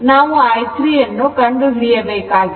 ನಾವು i3 ಅನ್ನು ಕಂಡುಹಿಡಿಯಬೇಕಾಗಿದೆ